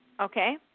Okay